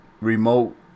remote